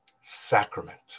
sacrament